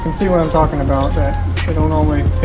and see what i'm talking about that they don't always take